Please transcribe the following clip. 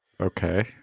Okay